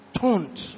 taunt